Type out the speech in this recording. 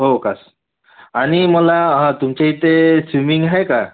हो का आणि मला तुमच्या इथे स्विमिंग आहे का